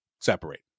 separate